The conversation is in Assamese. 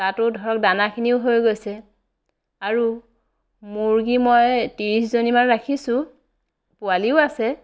তাতো ধৰক দানাখিনিয়ো হৈ গৈছে আৰু মুৰ্গী মই ত্ৰিছজনীমান ৰাখিছোঁ পোৱালীও আছে